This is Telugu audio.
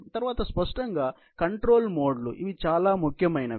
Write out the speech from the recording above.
ఆతరువాత స్పష్టంగా కంట్రోల్ మోడ్లు ఇవి చాలా ముఖ్యమైనవి